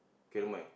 K never mind